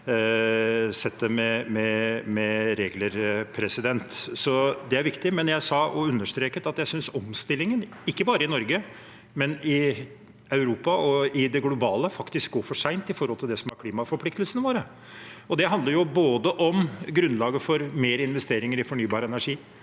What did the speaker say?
settet med regler. Det er viktig, men jeg understreket at jeg synes omstillingen, ikke bare i Norge, men i Europa og globalt, faktisk går for sent i forhold til det som er klimaforpliktelsene våre. Det handler om grunnlaget for mer investeringer i fornybar energi,